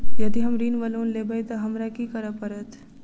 यदि हम ऋण वा लोन लेबै तऽ हमरा की करऽ पड़त?